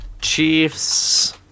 Chiefs